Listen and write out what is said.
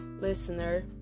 listener